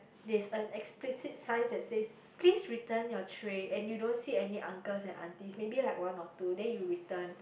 there's an explicit sign that says please return your tray and you don't see any uncles and aunties maybe like one or two then you return